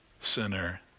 sinner